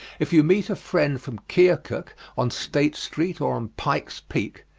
if you meet a friend from keokuk on state street or on pike's peak,